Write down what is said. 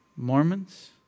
Mormons